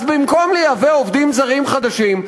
אז במקום לייבא עובדים זרים חדשים,